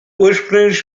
ursprünglich